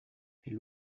les